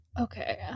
Okay